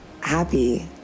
happy